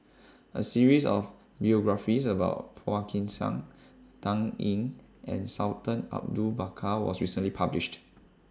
A series of biographies about Phua Kin Siang Dan Ying and Sultan Abu Bakar was recently published